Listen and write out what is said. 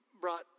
brought